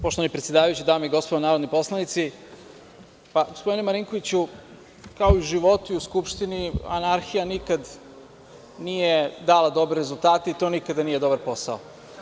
Poštovani predsedavajući, dame i gospodo narodni poslanici, gospodine Marinkoviću, kao i u životu i u Skupštini, anarhija nikad nije dala dobre rezultate i to nikada nije dobar posao.